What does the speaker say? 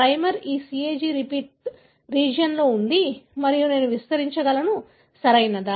primer ఈ CAG repeat రీజియన్లో ఉంది మరియు నేను విస్తరించగలను సరియైనదా